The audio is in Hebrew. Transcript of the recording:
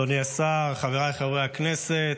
אדוני השר, חבריי חברי הכנסת,